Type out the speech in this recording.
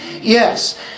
Yes